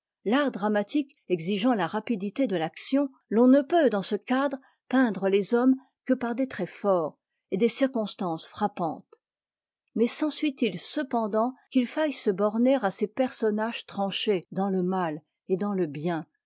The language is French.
l'art dramatique exigeant la rapidité de l'action l'on ne peut dans ce cadre peindre les hommes que par des traits forts et des circonstances frappantes mais sensuit il cependant qu'il faille se borner à ces personnages tranchés dans le mal et dans le bien